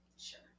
Sure